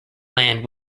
land